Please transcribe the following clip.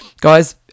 guys